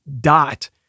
dot